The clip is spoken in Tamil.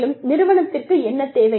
மேலும் நிறுவனத்திற்கு என்ன தேவை